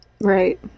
right